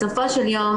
בסופו של דבר,